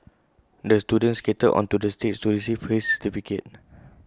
the student skated onto the stage to receive his certificate